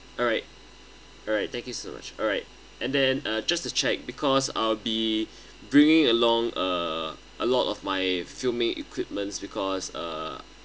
alright alright thank you so much alright and then uh just to check because I'll be bringing along uh a lot of my filming equipments because uh